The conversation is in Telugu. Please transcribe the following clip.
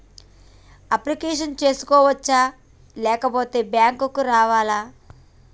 అప్లికేషన్ చేసుకోవచ్చా లేకపోతే బ్యాంకు రావాలా?